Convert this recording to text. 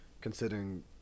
considering